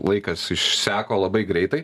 laikas išseko labai greitai